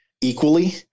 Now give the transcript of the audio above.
equally